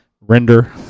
render